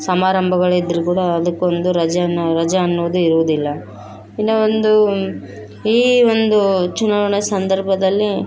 ಸಮಾರಂಭಗಳಿದ್ದರೂ ಕೂಡ ಅದಕ್ಕೊಂದು ರಜೆ ಅನ್ನೋ ರಜೆ ಅನ್ನೋದು ಇರುವುದಿಲ್ಲ ಇನ್ನು ಒಂದು ಈ ಒಂದು ಚುನಾವಣೆ ಸಂದರ್ಭದಲ್ಲಿ